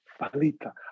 falita